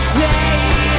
day